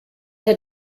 had